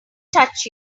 touch